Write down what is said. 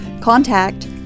contact